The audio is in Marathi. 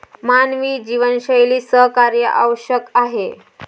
मानवी जीवनशैलीत सहकार्य आवश्यक आहे